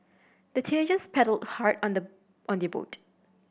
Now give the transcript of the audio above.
the teenagers paddled hard on the on their boat